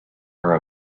are